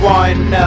one